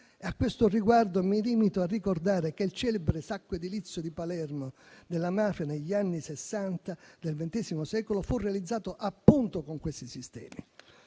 A questo riguardo, mi limito a ricordare che il celebre sacco edilizio di Palermo della mafia degli anni Sessanta nel XX secolo fu realizzato appunto con questi sistemi.